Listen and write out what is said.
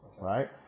Right